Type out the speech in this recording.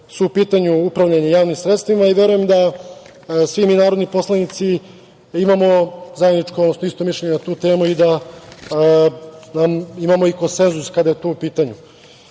je u pitanju upravljanje javnim sredstvima i verujem da svi mi narodni poslanici imamo zajedničko, odnosno isto mišljenje na tu temu i da imamo konsenzus kada je to u pitanju. Tu